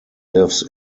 lives